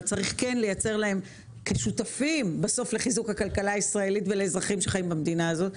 אבל כשותפים לחיזוק הכלכלה הישראלית ולאזרחים שחיים במדינה הזאת,